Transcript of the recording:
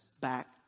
back